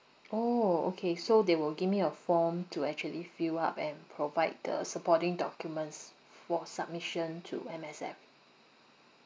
orh okay so they will give me a form to actually fill up and provide the supporting documents for submission to M_S_F